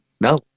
No